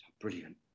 brilliant